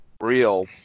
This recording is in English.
real